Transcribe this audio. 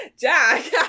Jack